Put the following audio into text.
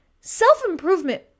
Self-improvement